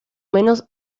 menos